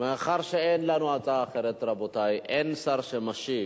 מאחר שאין לנו הצעה אחרת, רבותי, אין שר שמשיב,